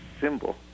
symbol